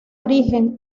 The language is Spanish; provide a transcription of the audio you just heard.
origen